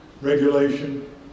regulation